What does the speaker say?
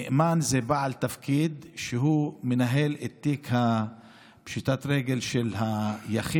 נאמן זה בעל תפקיד שמנהל את תיק פשיטת הרגל של היחיד